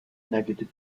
negative